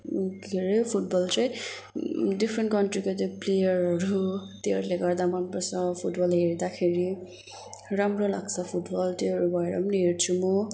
के अरे फुटबल चाहिँ डिफरेन्ट कन्ट्रीको चाहिँ प्लेयरहरू त्योहरूले गर्दा मनपर्छ फुटबल हेर्दाखेरि राम्रो लाग्छ फुटबल त्यो भएर पनि हेर्छु म